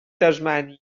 tasmània